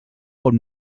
pot